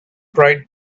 tried